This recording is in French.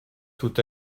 tout